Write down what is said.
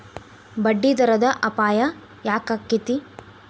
ಬಡ್ಡಿದರದ್ ಅಪಾಯ ಯಾಕಾಕ್ಕೇತಿ?